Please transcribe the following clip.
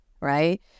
Right